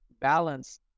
balance